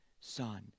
son